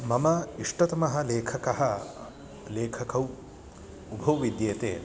मम इष्टतमः लेखकः लेखकौ उभौ विद्येते